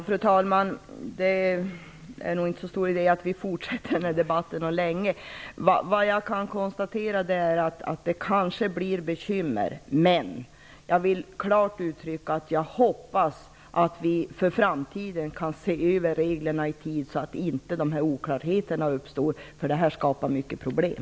Fru talman! Det är inte så stor idé att vi länge fortsätter denna debatt. Jag konstaterar att det kanske blir bekymmer i detta sammanhang. Men jag vill också klart uttrycka att jag hoppas att reglerna i framtiden kan ses över, så att det inte uppstår oklarheter, eftersom sådana skapar mycket problem.